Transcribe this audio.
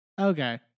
Okay